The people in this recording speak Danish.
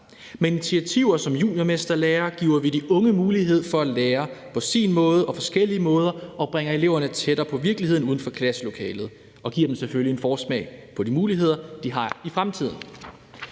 Med initiativer som juniormesterlære giver vi de unge mulighed for at lære på deres egen måde og på forskellige måder, og vi bringer eleverne tættere på virkeligheden uden for klasselokalet og giver dem selvfølgelig en forsmag på de muligheder, de har i fremtiden.